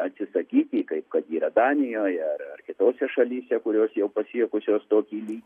atsisakyti kaip kad yra danijoje ar ar kitose šalyse kurios jau pasiekusios tokį lygį